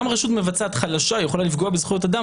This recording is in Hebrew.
גם רשות מבצעת חלשה יכולה לפגוע בזכויות אדם